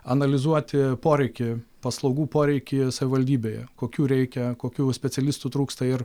analizuoti poreikį paslaugų poreikį savivaldybėje kokių reikia kokių specialistų trūksta ir